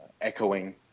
echoing